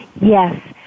Yes